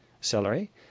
celery